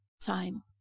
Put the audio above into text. time